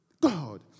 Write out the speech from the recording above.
God